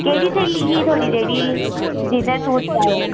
केह्ड़ी स्हेली ही थ्होड़ी जेह्ड़ी जि'नें सूट सेआया हा